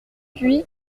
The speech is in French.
puis